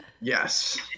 Yes